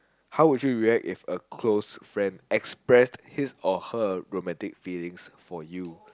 how would you react if a close friend express his or her romantic feeling for you